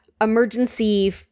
emergency